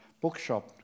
bookshop